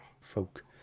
folk